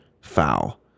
foul